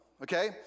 Okay